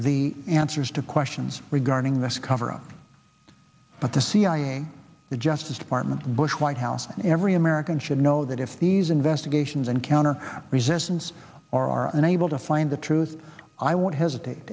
the answers to questions regarding this cover up but the cia and the justice department bush white house and every american should know that if these investigations encounter resistance or are unable to find the truth i won't hesitate